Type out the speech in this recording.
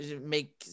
make